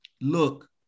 look